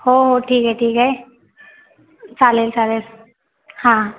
हो हो ठीक आहे ठीक आहे चालेल चालेल हां